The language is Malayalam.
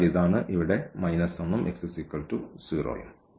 അതിനാൽ ഇതാണ് ഇവിടെ 1 ഉം x 0 ഉം